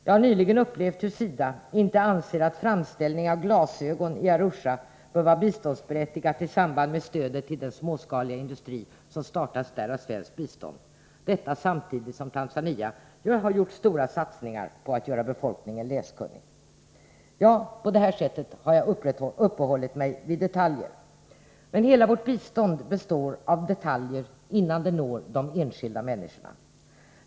Jag har nyligen upplevt hur SIDA inte anser att framställning av glasögon i Arusha bör vara biståndsberättigad i samband med stöd till den småskaliga industri som startats där genom svenskt bistånd — detta samtidigt som Tanzania gjort stora satsningar på att göra befolkningen läskunnig. Jag har uppehållit mig vid detaljer. Men hela vårt bistånd består av detaljer innan det når de enskilda människorna.